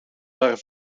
waren